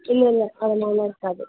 இல்லை இல்லை அது மாதிரிலாம் இருக்காது